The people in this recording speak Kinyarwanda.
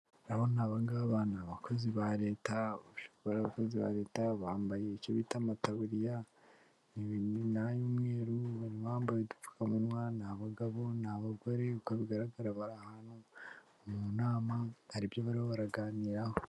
Aba ni abakozi ba leta, bashobora kuba ari abakozi ba leta, bambaye icyo bita amataburiya, y'umweru, harimo abambaye udupfukamunwa, ni abagabo, ni abagore, uko bigaragara bari ahantu mu nama, hari ibyo barimo baraganiraho.